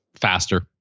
faster